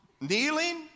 kneeling